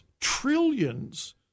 trillions